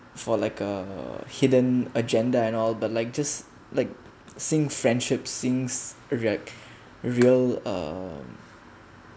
for like a hidden agenda and all but like just like sing friendship sings rea~ real uh